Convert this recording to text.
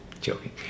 joking